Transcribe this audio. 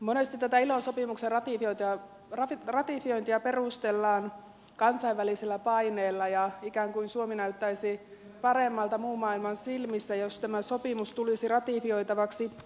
monesti tätä ilon sopimuksen ratifiointia perustellaan kansainvälisellä paineella ikään kuin suomi näyttäisi paremmalta muun maailman silmissä jos tämä sopimus tulisi ratifioitavaksi